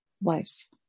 wives